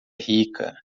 rica